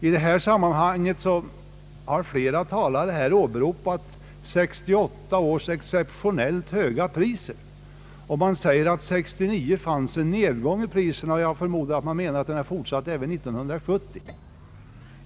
I detta sammanhang har flera talare åberopat 1968 års exceptionellt höga priser. Man säger att det var en nedgång i priserna 1969. Jag förmodar att man menar att den fortsatt även 1970.